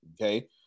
okay